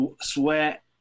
sweat